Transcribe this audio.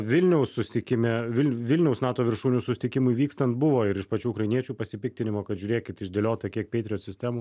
vilniaus susitikime vilniaus nato viršūnių susitikimui vykstant buvo ir iš pačių ukrainiečių pasipiktinimo kad žiūrėkit išdėliota kiek patriot sistemų